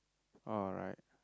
alright